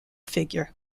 figure